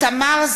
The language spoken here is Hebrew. (קוראת בשמות חברי הכנסת) תמר זנדברג,